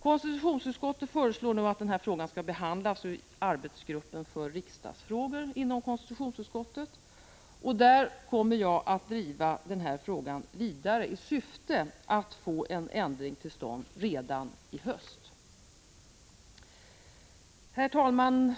Konstitutionsutskottet föreslår nu att denna fråga skall behandlas i arbetsgruppen för riksdagsfrågor inom konstitutionsutskottet. Där kommer jag att driva frågan vidare i syfte att få en ändring till stånd redan i höst. Herr talman!